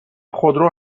خودرو